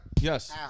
Yes